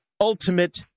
ultimate